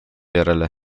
järele